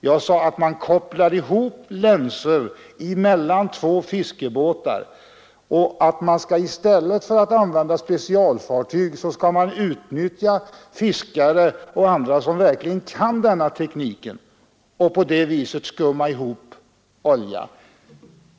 Jag sade att man bör koppla ihop länsor mellan två fiskebåtar och att man i stället för att använda specialfartyg skall utnyttja båtar med fiskare och andra som verkligen kan denna teknik och på det sättet skumma ihop olja.